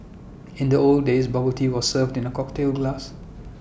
in the old days bubble tea was served in A cocktail glass